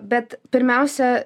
bet pirmiausia